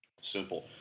Simple